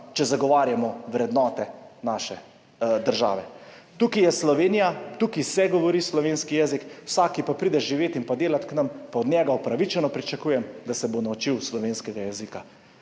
če zagovarjamo vrednote naše države. Tukaj je Slovenija, tukaj se govori slovenski jezik. Vsak, ki pa pride živet in delat k nam, pa od njega upravičeno pričakujem, da se bo naučil slovenskega jezika.